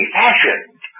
fashioned